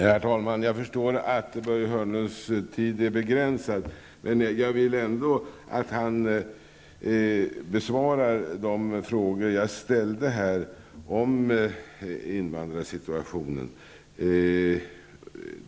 Herr talman! Jag förstår att Börje Hörnlunds tid är begränsad, men jag vill ändå att han besvarar de frågor jag ställde om invandrarsituationen.